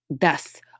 Thus